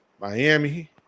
miami